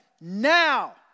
now